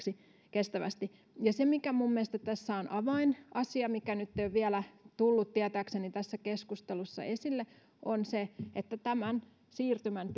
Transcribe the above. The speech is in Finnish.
kestävästi se mikä minun mielestäni tässä on avainasia mikä nyt ei vielä ole tullut tietääkseni tässä keskustelussa esille on se että tämän siirtymän